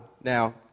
now